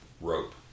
rope